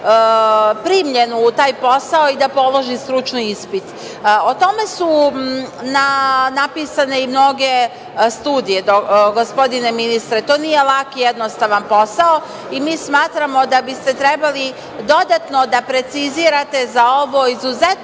primljen u taj posao i da položi stručni ispit. O tome su napisane i mnoge studije, gospodine ministre. To nije lak i jednostavan posao i mi smatramo da biste trebali dodatno da precizirate za ovo izuzetno